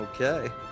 Okay